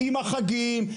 עם החגים,